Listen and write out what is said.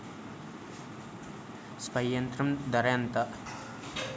Spray యంత్రం ధర ఏంతా?